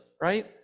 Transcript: right